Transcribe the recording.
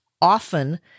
Often